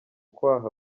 kwaha